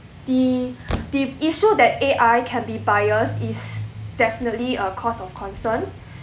the the issue that A_I can be biased is definitely a cause of concern